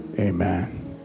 Amen